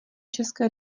české